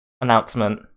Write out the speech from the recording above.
Announcement